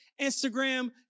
Instagram